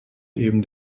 eben